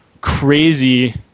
crazy